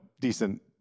decent